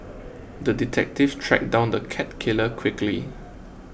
the detective tracked down the cat killer quickly